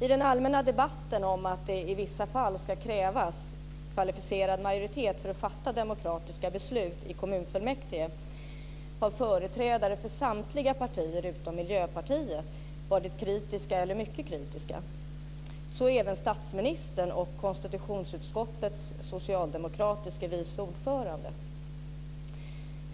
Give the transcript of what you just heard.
I den allmänna debatten om att det i vissa fall ska krävas kvalificerad majoritet för att fatta demokratiska beslut i kommunfullmäktige har företrädare för samtliga partier utom Miljöpartiet varit kritiska eller mycket kritiska; så även statsministern och konstitutionsutskottets socialdemokratiske vice ordförande.